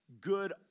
good